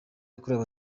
yakorewe